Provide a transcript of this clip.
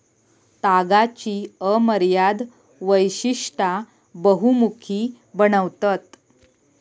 तागाची अमर्याद वैशिष्टा बहुमुखी बनवतत